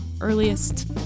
earliest